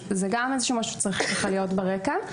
גם זה משהו שצריך להיות ברקע.